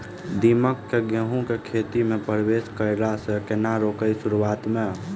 दीमक केँ गेंहूँ केँ खेती मे परवेश करै सँ केना रोकि शुरुआत में?